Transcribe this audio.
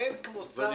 אין כמו שר הפנים,